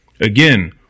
Again